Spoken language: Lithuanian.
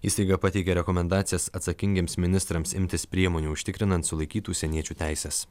įstaiga pateikė rekomendacijas atsakingiems ministrams imtis priemonių užtikrinant sulaikytų užsieniečių teises